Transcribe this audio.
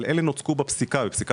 אבל אלה נוצקו בפסיקה,